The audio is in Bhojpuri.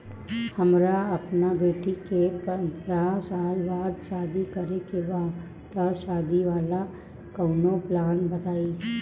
हमरा अपना बेटी के पंद्रह साल बाद शादी करे के बा त शादी वाला कऊनो प्लान बताई?